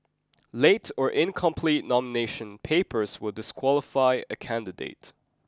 late or incomplete nomination papers will disqualify a candidate